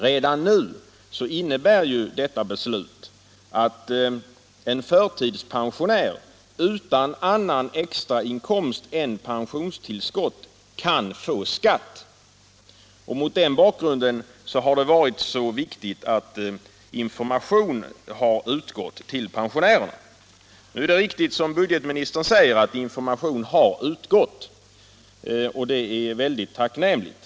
Redan skatteregler nu innebär detta beslut att en förtidspensionär utan annan extrainkomst än pensionstillskott kan få skatt. Mot den bakgrunden är det viktigt att information har gått ut till pensionärerna. Det är riktigt som budgetministern säger att information har gått ut, och det är tacknämligt.